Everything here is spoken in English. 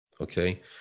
Okay